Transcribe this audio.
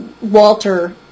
Walter